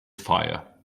fire